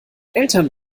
eltern